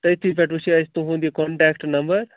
تٔتھٕے پٮ۪ٹھ وُچھاے اَسہِ تُہُنٛد یہِ کانٛٹٮ۪کٹہٕ نمبر